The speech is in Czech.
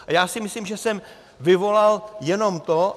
A já si myslím, že jsem vyvolal jenom to...